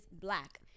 black